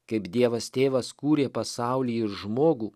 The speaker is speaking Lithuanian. kaip dievas tėvas kūrė pasaulį ir žmogų